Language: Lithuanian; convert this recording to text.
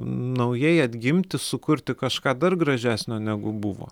naujai atgimti sukurti kažką dar gražesnio negu buvo